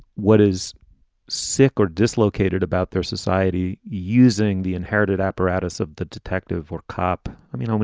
what is sick or dislocated about their society using the inherited apparatus of the detective or cop? i mean, um